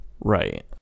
right